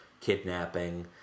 kidnapping